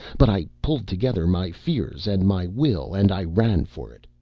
but i pulled together my fears and my will and i ran for it.